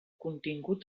contingut